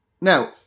now